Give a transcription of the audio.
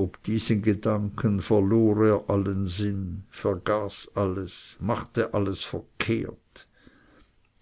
ob diesen gedanken verlor er allen sinn vergaß alles machte alles verkehrt